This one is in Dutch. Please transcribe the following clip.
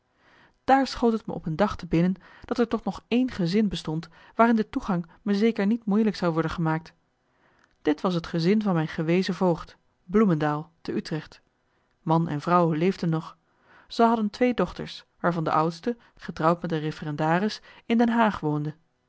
daar schoot het me op een dag te binnen dat er toch nog één gezin bestond waarin de toegang me zeker niet moeilijk zou worden gemaakt dit was het gezin van mijn gewezen voogd bloemendael te utrecht man en vrouw leefden nog ze hadden twee dochters waarvan de oudste getrouwd met een referendaris in den haag woonde